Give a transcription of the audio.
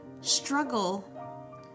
struggle